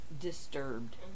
disturbed